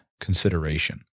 consideration